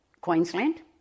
Queensland